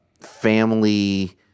family